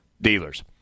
dealers